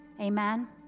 Amen